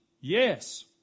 Yes